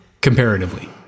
comparatively